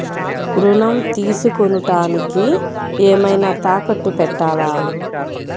ఋణం తీసుకొనుటానికి ఏమైనా తాకట్టు పెట్టాలా?